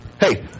Hey